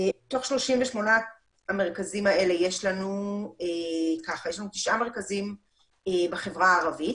בתוך 38 המרכזים האלה יש לנו תשעה מרכזים בחברה הערבית,